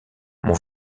mon